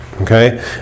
Okay